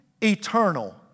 eternal